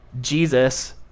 Jesus